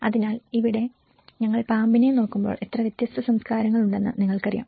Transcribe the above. അതിനാൽ ഇവിടെ ഞങ്ങൾ പാമ്പിനെ നോക്കുമ്പോൾ എത്ര വ്യത്യസ്ത സംസ്കാരങ്ങളുണ്ടെന്ന് നിങ്ങൾക്കറിയാം